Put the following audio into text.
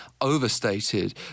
overstated